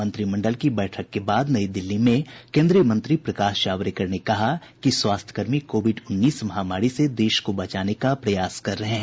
मंत्रिमंडल की बैठक के बाद नई दिल्ली में केंद्रीय मंत्री प्रकाश जावड़ेकर ने कहा कि स्वास्थ्यकर्मी कोविड उन्नीस महामारी से देश को बचाने का प्रयास कर रहे हैं